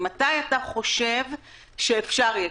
מתי אתה חושב שאפשר יהיה?